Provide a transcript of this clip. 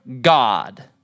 God